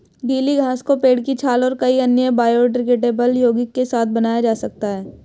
गीली घास को पेड़ की छाल और कई अन्य बायोडिग्रेडेबल यौगिक के साथ बनाया जा सकता है